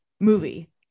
movie